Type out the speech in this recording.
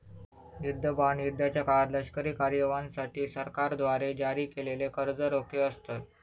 युद्ध बॉण्ड हे युद्धाच्या काळात लष्करी कारवायांसाठी सरकारद्वारे जारी केलेले कर्ज रोखे असतत